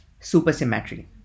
supersymmetry